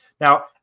Now